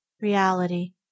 reality